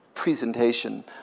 presentation